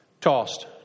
tossed